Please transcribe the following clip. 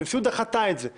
והנשיאות דחתה את זה מנימוקיה.